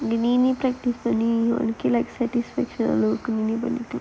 நீனே கட்டிப்ப நீ:neenae kattippa nee okay lah satisfaction alone பண்ணிக்க:pannikka